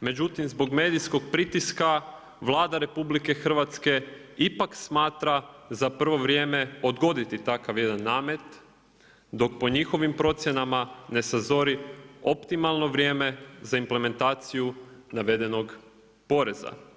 međutim zbog medijskog pritiska Vlada RH ipak smatra za prvo vrijeme odgoditi takav jedan namet dok po njihovim procjenama ne sazori optimalno vrijeme za implementaciju navedenog poreza.